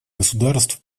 государств